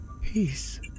peace